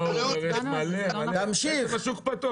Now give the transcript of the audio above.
זה שוק פתוח.